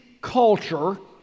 culture